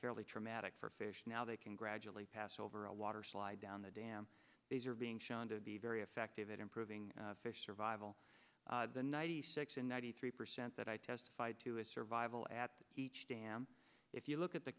fairly traumatic for fish now they can gradually pass over a water slide down the dam these are being shown to be very effective at improving fish survival the ninety six and ninety three percent that i testified to is survival at each dam if you look at the